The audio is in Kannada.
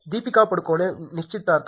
ದೀಪಿಕಾ ಪಡುಕೋಣೆ ನಿಶ್ಚಿತಾರ್ಥ